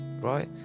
right